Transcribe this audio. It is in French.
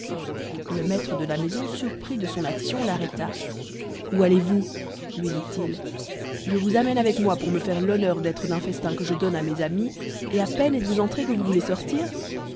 le maître de la maison surpris de son action l'arrêta où allez-vous lui dit-il je vous amène avec moi pour me faire l'honneur d'être d'un festin que je donne à mes amis et à peine êtes-vous entré que vous voulez sortir